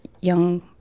young